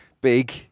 big